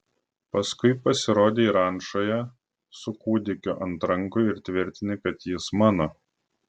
paskui pasirodei rančoje su kūdikiu ant rankų ir tvirtini kad jis mano